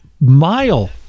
mile